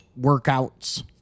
workouts